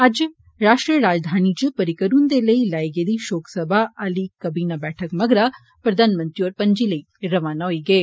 अज्ज राश्ट्री राजधानी च पार्रिकर हुन्दे लेई लाई गेदी षोक सभा आह्ली काबीना बैठक मगरा प्रधानमंत्री होरें पणजी लेई रवाना होई गे न